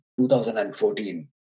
2014